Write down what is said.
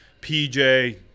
PJ